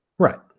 Right